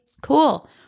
cool